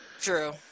True